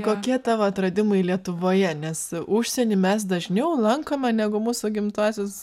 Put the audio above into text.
kokie tavo atradimai lietuvoje nes užsienį mes dažniau lankome negu mūsų gimtuosius